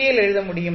L எழுத முடியும்